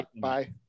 Bye